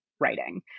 writing